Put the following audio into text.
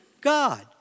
God